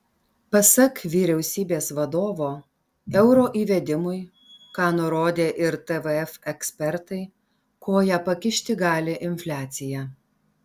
pasak vyriausybės vadovo euro įvedimui ką nurodė ir tvf ekspertai koją pakišti gali infliacija